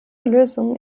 lösung